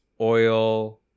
oil